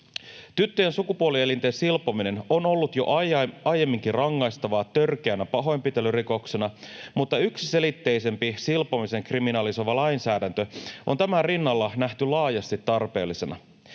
Tyttöjen sukupuolielinten silpominen on ollut jo aiemminkin rangaistavaa törkeänä pahoinpitelyrikoksena, mutta yksiselitteisempi silpomisen kriminalisoiva lainsäädäntö on tämän rinnalla nähty laajasti tarpeellisena.